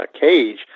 cage